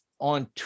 on